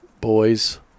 boys